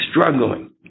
struggling